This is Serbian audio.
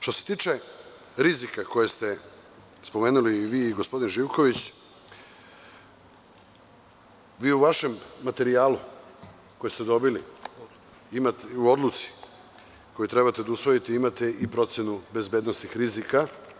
Što se tiče rizika koje ste spomenuli i vi i gospodin Živković, vi u vašem materijalu, u odluci koju ste dobili, koju treba da usvojite, imate i procenu bezbednosnih rizika.